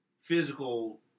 physical